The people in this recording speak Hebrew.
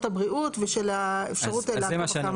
הבריאות ושל האפשרות לעקוב אחרי המזון.